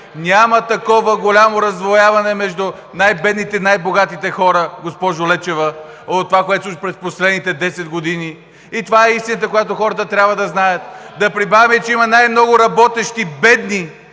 Няма такова голямо раздвояване между най-бедните и най-богатите хора, госпожо Лечева, от това, което е през последните 10 години! Това е истината, която хората трябва да знаят. Да прибавим, че има най много работещи бедни